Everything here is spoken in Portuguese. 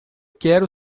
quero